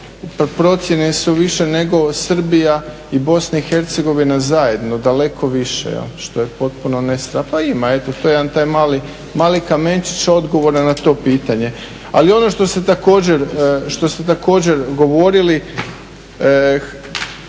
procjene su više nego Srbija i Bosna i Hercegovina zajedno daleko više što je potpuno …/Govornik se ne razumije./… Pa ima, eto to je taj mali kamenčić odgovora na to pitanje. Ali ono što ste također govorili